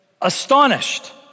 astonished